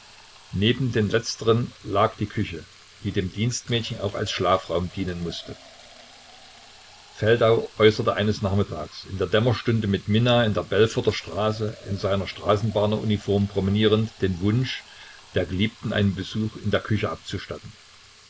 neben dem letzteren lag die küche die dem dienstmädchen auch als schlafraum dienen mußte feldau äußerte eines nachmittags in der dämmerstunde mit minna in der belforter straße in seiner straßenbahneruniform promenierend den wunsch der geliebten einen besuch in der küche abzustatten